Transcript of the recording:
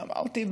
ואמרתי,